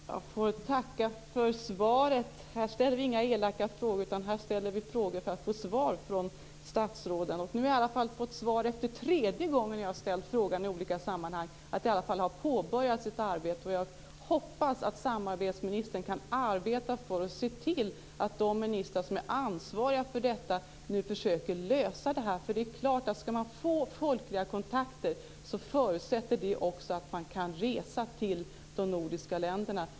Fru talman! Jag får tacka för svaret. Här ställer vi inga elaka frågor, utan här ställer vi frågor för att få svar från statsråden. Nu har jag i alla fall fått svar efter den tredje gången som jag har ställt den här frågan i olika sammanhang. Ett arbete har i alla fall påbörjats. Jag hoppas att samarbetsministern kan arbeta för och se till att de ministrar som är ansvariga för detta nu försöker lösa det. Om man skall få folkliga kontakter förutsätter det också att man kan resa till de nordiska länderna.